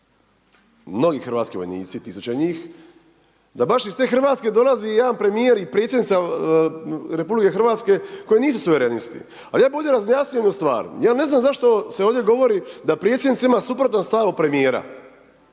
mnogi hrvatski vojnici, tisuće njih, da baš iz te Hrvatske dolazi jedan Premijer i Predsjednica Republike Hrvatske koji nisu suverenisti, .../Govornik se ne razumije./... bolje razjasniti jednu stvar, ja ne znam zašto se ovdje govori da Predsjednica ima suprotan stav od Premijera,